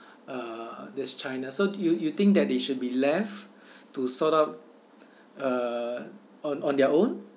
uh this china so you you think that they should be left to sort out uh on on their own